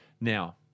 Now